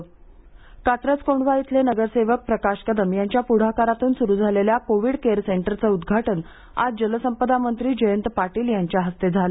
Covid रूग्णालय कात्रज कोंढवा इथले नगरसेवक प्रकाश कदम यांच्या प्रढाकारातून सूरू झालेल्या कोविड केअर सेंटरचं उद्घाटन आज जलसंपदा मंत्री जयंत पाटील यांच्या हस्ते झालं